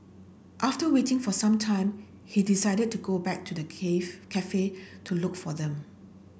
after waiting for some time he decided to go back to the cave cafe to look for them